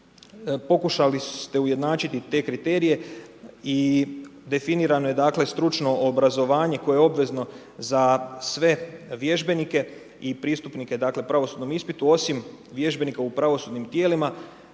pokušali ste ujednačiti te kriterije i definirano je stručno obrazovanje, koje je obvezno za sve vježbenike i pristupnike pravosudnom ispitu, osim, vježbenike u pravosudnim tijelima,